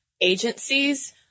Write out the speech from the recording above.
agencies